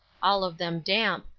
all of them damp,